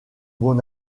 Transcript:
bon